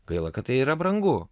gaila kad tai yra brangu